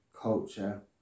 culture